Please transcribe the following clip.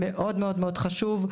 מאוד מאוד חשוב,